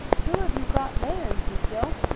who have you got there, ezekiel?